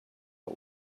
but